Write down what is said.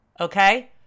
Okay